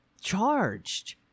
charged